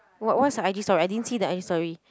what what's her i_g story I didn't see the i_g story